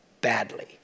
badly